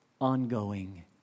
ongoing